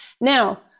Now